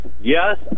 yes